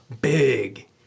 big